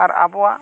ᱟᱨ ᱟᱵᱚᱣᱟᱜ